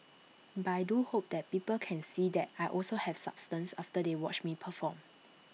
but I do hope that people can see that I also have substance after they watch me perform